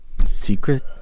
Secret